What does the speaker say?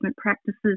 practices